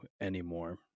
anymore